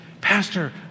pastor